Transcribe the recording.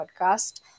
podcast